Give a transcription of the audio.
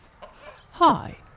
Hi